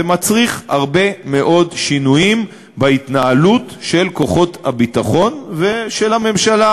זה מצריך הרבה מאוד שינויים בהתנהלות של כוחות הביטחון ושל הממשלה,